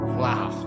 wow